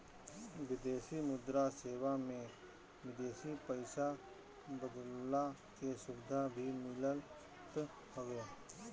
विदेशी मुद्रा सेवा में विदेशी पईसा बदलला के सुविधा भी मिलत हवे